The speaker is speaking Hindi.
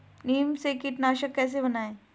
नीम से कीटनाशक कैसे बनाएं?